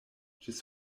ĝis